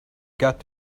got